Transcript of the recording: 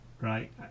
right